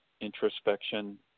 introspection